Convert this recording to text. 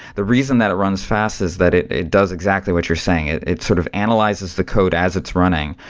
the reason that it runs fast is that it it does exactly what you're saying. it it sort of analyzes the code as it's running.